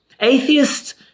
Atheists